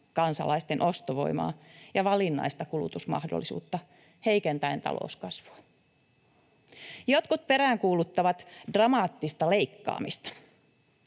kansalaisten ostovoimaa ja valinnaista kulutusmahdollisuutta heikentäen talouskasvua. Jotkut peräänkuuluttavat dramaattista leikkaamista.